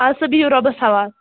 اَدٕ سا بِہِو رۅبَس حَوال